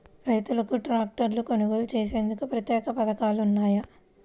రైతులకు ట్రాక్టర్లు కొనుగోలు చేసేందుకు ప్రత్యేక పథకాలు ఉన్నాయా?